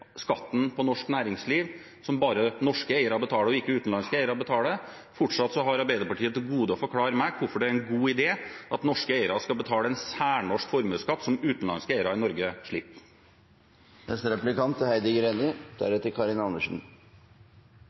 skatten på norsk næringsliv, som bare norske eiere og ikke utenlandske eiere betaler. Fortsatt har Arbeiderpartiet til gode å forklare meg hvorfor det er en god idé at norske eiere skal betale en særnorsk formuesskatt som utenlandske eiere i Norge slipper.